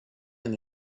and